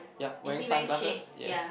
yup wearing sunglasses yes